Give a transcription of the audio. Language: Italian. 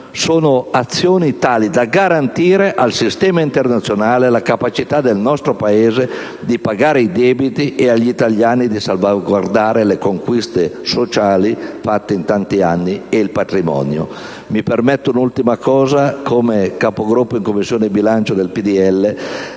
sono azioni tali da garantire al sistema internazionale la capacità del nostro Paese di pagare i debiti e agli italiani di salvaguardare le conquiste sociali fatte in tanti anni ed il patrimonio. Mi permetto un'ultima considerazione, come Capogruppo in Commissione bilancio del PdL,